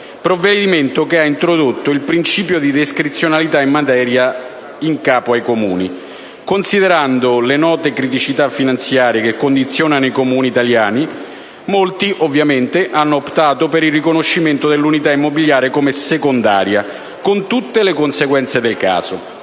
provvedimento che ha introdotto il principio di discrezionalità in materia in capo ai Comuni. Considerando le note criticità finanziarie che condizionano i Comuni italiani, molti ovviamente hanno optato per il riconoscimento dell'unità immobiliare come secondaria, con tutte le conseguenze del caso.